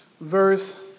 verse